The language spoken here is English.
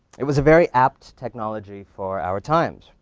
it was a very apt technology for our times